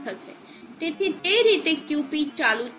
તેથી તે રીતે QP ચાલુ થશે